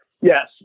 Yes